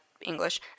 English